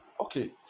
Okay